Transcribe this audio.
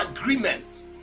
agreement